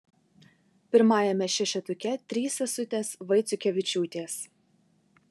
pirmajame šešetuke trys sesutės vaiciukevičiūtės